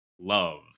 Love